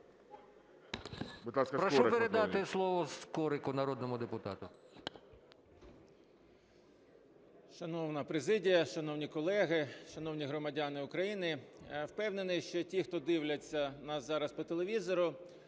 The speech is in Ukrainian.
Прошу передати слово народному депутату